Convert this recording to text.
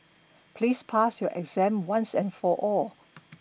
please pass your exam once and for all